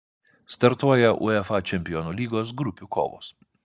startuoja uefa čempionų lygos grupių kovos